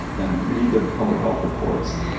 and read the public health reports.